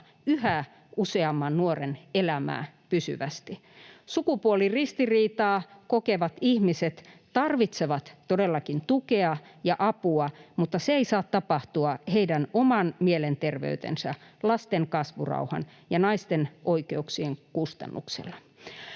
yhä useamman nuoren elämää pysyvästi. Sukupuoliristiriitaa kokevat ihmiset tarvitsevat todellakin tukea ja apua, mutta se ei saa tapahtua heidän oman mielenterveytensä, lasten kasvurauhan ja naisten oikeuksien kustannuksella.